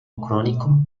crónico